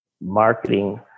marketing